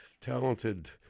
talented